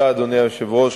אדוני היושב-ראש,